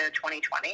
2020